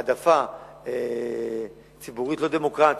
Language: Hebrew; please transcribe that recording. זו העדפה ציבורית, לא דמוקרטית.